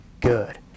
good